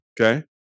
okay